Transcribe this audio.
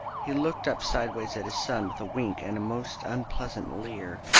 he looked up sideways at his son with a wink and a most unpleasant leer.